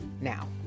now